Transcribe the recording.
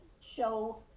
show